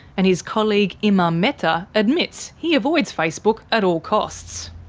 and his colleague imam mehtar admits he avoids facebook at all costs.